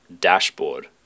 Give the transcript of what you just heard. dashboard